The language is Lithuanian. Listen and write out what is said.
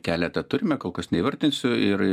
keletą turime kol kas neįvardinsiu ir